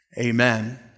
Amen